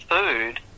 food